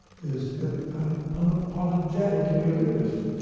is unapologetically elitist.